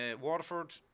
Waterford